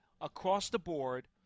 across-the-board